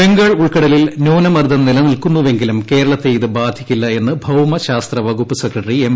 ബംഗാൾ ഉൾക്കടലിൽ ന്യൂനമർദ്ദം നിലനിൽക്കുന്നുവെങ്കിലും കേരളത്തെ ഇത് ബാധിക്കില്ല എന്ന് ഭൌമശാസ്ത്ര വകുപ്പ് സെക്രട്ടറി എം